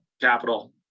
capital